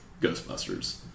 Ghostbusters